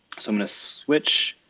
so i'm gonna switch